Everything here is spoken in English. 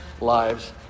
lives